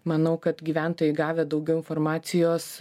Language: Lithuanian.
manau kad gyventojai gavę daugiau informacijos